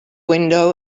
window